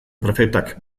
prefetak